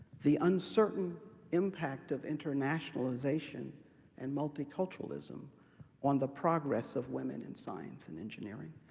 the uncertain impact of internationalization and multiculturalism on the progress of women in science and engineering,